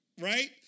right